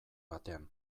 batean